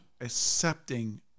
accepting